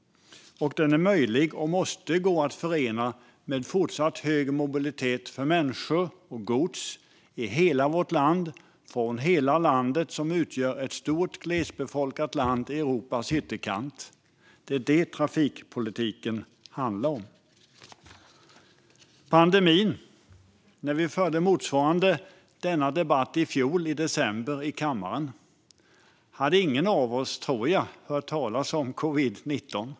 Den är möjlig och måste gå att förena med fortsatt hög mobilitet för människor och gods i hela vårt land, ett stort och glesbefolkat land i Europas ytterkant. Det är detta trafikpolitiken handlar om. När vi förde motsvarande debatt här i kammaren i december i fjol hade nog ingen av oss hört talas om covid-19.